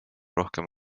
rohkem